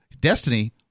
Destiny